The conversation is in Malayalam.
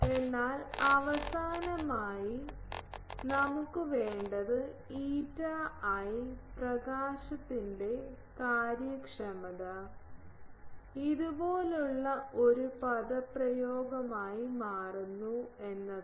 എന്നാൽ അവസാനമായി നമുക്ക് വേണ്ടത് ηi പ്രകാശത്തിന്റെ കാര്യക്ഷമത ഇതുപോലുള്ള ഒരു പദപ്രയോഗമായി മാറുന്നു എന്നതാണ്